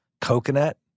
Coconut